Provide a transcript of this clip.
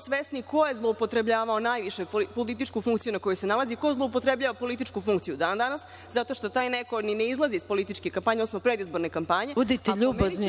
svesni ko je zloupotrebljavao najviše svoju političku funkciju na kojoj se nalazi, ko zloupotrebljava političku funkciju dan danas, jer taj neko ni ne izlazi iz političke kampanje, odnosno predizborne kampanje … **Maja Gojković**